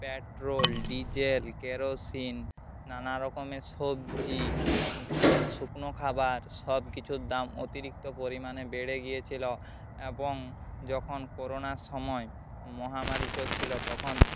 petrol diesel kerosene নানারকমের সবজি শুকনো খাবার সবকিছুর দাম অতিরিক্ত পরিমাণে বেড়ে গিয়েছিলো এবং যখন করোনার সময় মহামারী চলছিলো তখন